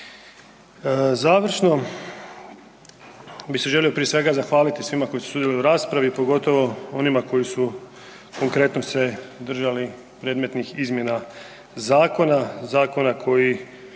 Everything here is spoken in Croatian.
Završno bi se prije svega želio zahvaliti svima koji su sudjelovali u raspravi, pogotovo onima koji su konkretno se držali predmetnih izmjena zakona, zakona koji